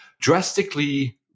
drastically